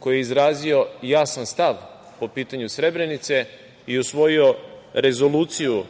koji je izrazio jasan stav po pitanju Srebrenice i usvojio Rezoluciju